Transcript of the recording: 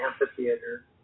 amphitheater